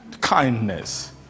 kindness